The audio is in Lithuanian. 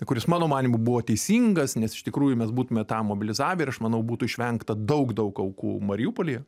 kuris mano manymu buvo teisingas nes iš tikrųjų mes būtume tą mobilizavę ir aš manau būtų išvengta daug daug aukų mariupolyje